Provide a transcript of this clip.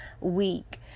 week